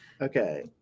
Okay